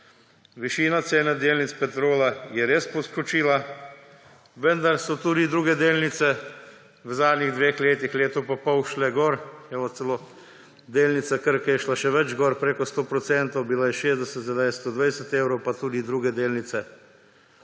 Višina cene delnic Petrola je res poskočila, vendar so tudi druge delnice v zadnjih dveh letih, letu pa pol, šle gor. Evo, celo delnica Krke je šla še več gor, preko 100 procentov, bila je 60, sedaj je 120 evrov, pa tudi druge delnice.